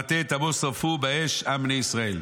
המטעה את עמו, שרפו באש עם בני ישראל.